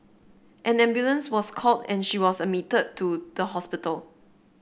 an ambulance was called and she was admitted to the hospital